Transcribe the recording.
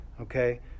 okay